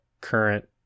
current